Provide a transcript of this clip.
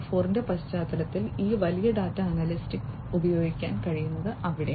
0 ന്റെ പശ്ചാത്തലത്തിൽ ഈ വലിയ ഡാറ്റാ അനലിറ്റിക്സ് ഉപയോഗിക്കാൻ കഴിയുന്നത് അവിടെയാണ്